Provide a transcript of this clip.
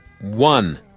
one